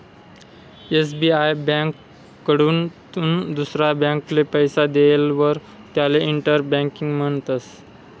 SBI ब्यांककडथून दुसरा ब्यांकले पैसा देयेलवर त्याले इंटर बँकिंग म्हणतस